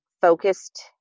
focused